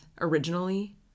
originally